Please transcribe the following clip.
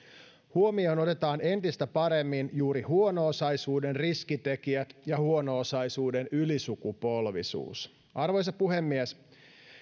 huomioon otetaan entistä paremmin juuri huono osaisuuden riskitekijät ja huono osaisuuden ylisukupolvisuus arvoisa puhemies